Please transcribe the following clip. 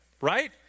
right